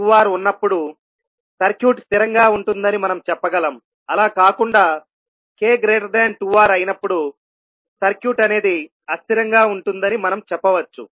k2Rఉన్నప్పుడు circuit స్థిరంగా ఉంటుందని మనం చెప్పగలం అలా కాకుండా k2R అయినప్పుడు సర్క్యూట్ అనేది అస్థిరంగా ఉంటుందని మనం చెప్పవచ్చు